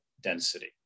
density